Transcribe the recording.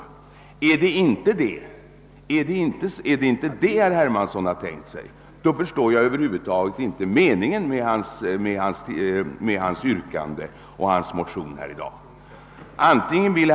Om det inte är vad herr Hermansson avsett, så förstår jag över huvud taget inte meningen med hans motion och det yrkande han här ställt.